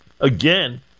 again